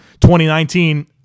2019